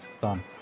done